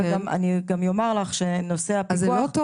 אני גם אומר לך שנושא הפיקוח --- אז זה לא טוב?